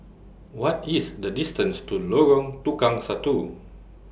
What IS The distance to Lorong Tukang Satu